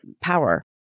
power